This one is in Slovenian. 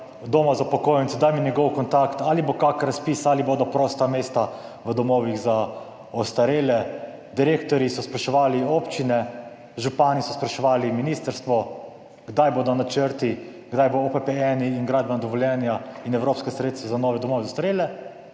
doma za upokojence, daj mi njegov kontakt, ali bo kak razpis, ali bodo prosta mesta v domovih za ostarele, direktorji so spraševali občine, župani so spraševali ministrstvo, kdaj bodo načrti, kdaj bo OPPN in gradbena dovoljenja in evropska sredstva za nove domove za ostarele,